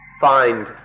find